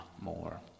more